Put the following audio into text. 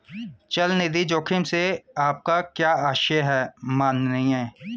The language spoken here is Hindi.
चल निधि जोखिम से आपका क्या आशय है, माननीय?